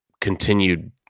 continued